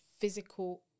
physical